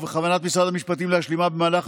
ובכוונת משרד המשפטים להשלימה במהלך